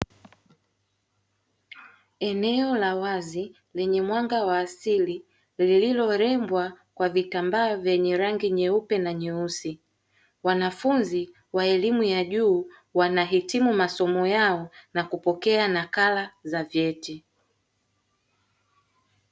Eneo la wazi lenye mwanga wa asili lililorembwa kwa vitambaa vyenye rangi nyeupe na nyeusi, wanafunzi wa elimu ya juu wanahitimu masomo yao na kupokea nakala za vyeti.